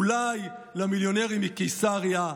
אולי למיליונרים מקיסריה,